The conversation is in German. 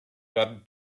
wann